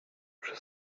przy